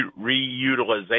Reutilization